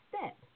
step